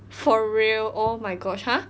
for real oh my gosh !huh!